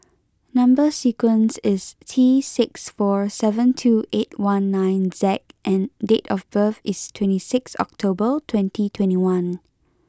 number sequence is T six four seven two eight one nine Z and date of birth is twenty six October twenty twenty one